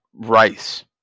Rice